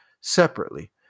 separately